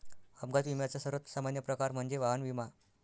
अपघात विम्याचा सर्वात सामान्य प्रकार म्हणजे वाहन विमा